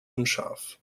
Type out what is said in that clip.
unscharf